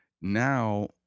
Now